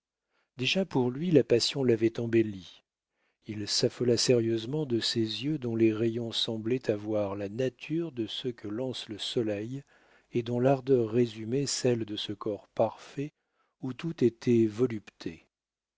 déjà pour lui la passion l'avait embellie il s'affola sérieusement de ces yeux dont les rayons semblaient avoir la nature de ceux que lance le soleil et dont l'ardeur résumait celle de ce corps parfait où tout était volupté